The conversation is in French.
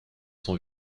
sont